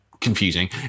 confusing